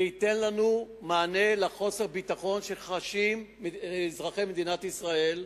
זה ייתן לנו מענה על חוסר הביטחון שחשים אזרחי מדינת ישראל,